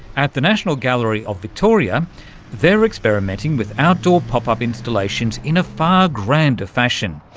at the national gallery of victoria they're experimenting with outdoor pop-up installations in a far grander fashion.